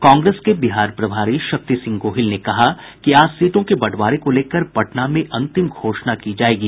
कांग्रेस के बिहार प्रभारी शक्ति सिंह गोहिल ने कहा कि आज सीटों के बंटवारे को लेकर पटना में अंतिम घोषणा की जायेगी